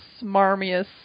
smarmiest